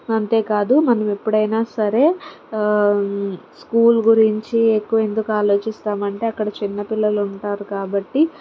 అంతేకాదు మనం ఎప్పుడైనా సరే స్కూల్ గురించి ఎక్కువ ఎందుకు ఆలోచిస్తాం అంటే అక్కడ చిన్న పిల్లలు ఉంటారు కాబట్టి